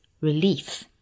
relief